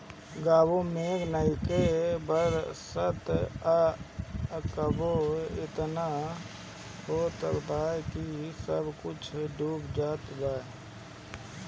कबो मेघ नइखे बरसत आ कबो एतना होत बा कि सब कुछो डूब जात बा